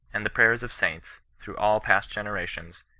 and the prayers of saints through all past generations,